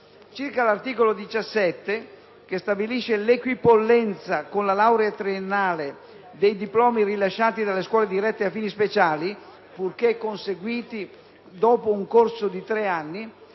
Circa l'articolo 17, che stabilisce l'equipollenza con la laurea triennale dei diplomi rilasciati dalle scuole dirette a fini speciali, purché conseguiti dopo un corso di tre anni,